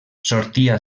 sortia